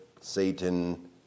Satan